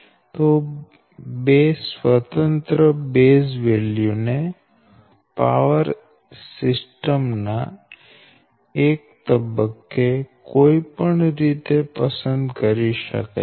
તો બે સ્વતંત્ર બેઝ વેલ્યુ ને પાવર સિસ્ટમ ના એક તબક્કે કોઈ પણ રીતે પસંદ કરી શકાય છે